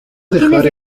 dejar